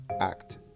act